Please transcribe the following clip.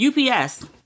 UPS